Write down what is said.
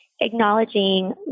acknowledging